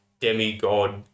demigod